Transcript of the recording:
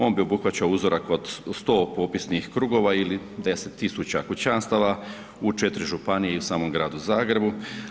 On bi obuhvaćao uzorak od 100 popisnih krugova ili 10.000 kućanstava u 4 županije i u samom gradu Zagrebu.